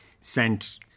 sent